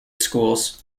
schools